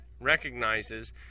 recognizes